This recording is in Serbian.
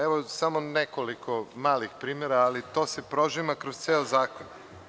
Evo, samo nekoliko malih primera, ali to se prožima kroz ceo zakon.